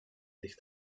ligt